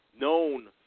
known